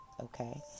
Okay